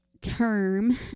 term